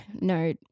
No